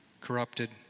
corrupted